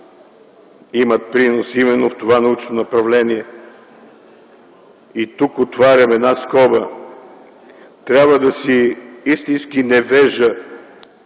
имат принос именно в това научно направление. Тук отварям една скоба – трябва да си истински невежа,